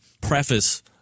preface